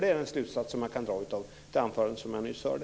Det är den slutsats som man kan dra av det anförande som jag nyss hörde.